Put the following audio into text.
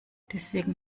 deswegen